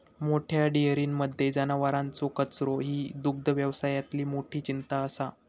मोठ्या डेयरींमध्ये जनावरांचो कचरो ही दुग्धव्यवसायातली मोठी चिंता असा